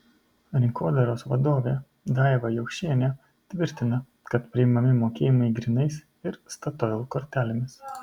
rinkodaros vadovė daiva jokšienė tvirtina kad priimami mokėjimai grynais ir statoil kortelėmis